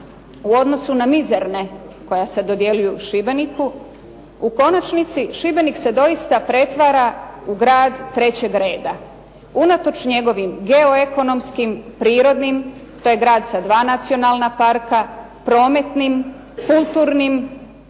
u odnosu na mizerne koja se dodjeljuju Šibeniku. U konačnici Šibenik se doista pretvara u grad trećeg reda, unatoč njegovim go, ekonomskim, prirodnim, to je grad sa dva nacionalna parka, prometnim, kulturnim,